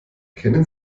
kennen